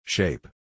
Shape